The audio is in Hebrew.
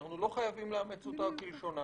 אנחנו לא חייבים לאמץ אותה כלשונה.